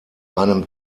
einem